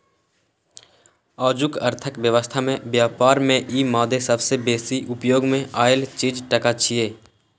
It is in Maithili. आजुक अर्थक व्यवस्था में ब्यापार में ई मादे सबसे बेसी उपयोग मे आएल चीज टका छिये